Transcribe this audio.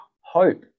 hope